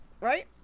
right